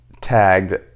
tagged